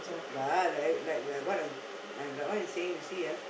lah like like like what I'm like what I'm saying you see ah